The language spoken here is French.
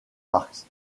parks